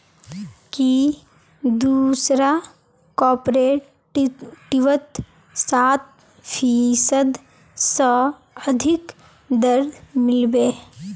की दूसरा कॉपरेटिवत सात फीसद स अधिक दर मिल बे